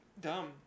dumb